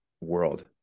world